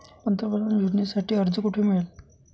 पंतप्रधान योजनेसाठी अर्ज कुठे मिळेल?